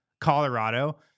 Colorado